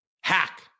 hack